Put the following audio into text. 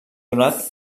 donat